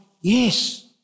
Yes